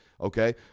okay